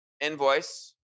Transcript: Invoice